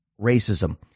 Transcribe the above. racism